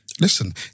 Listen